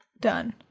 done